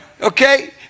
Okay